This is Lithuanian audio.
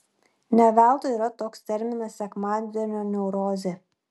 ne veltui yra toks terminas sekmadienio neurozė